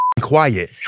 quiet